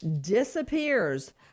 disappears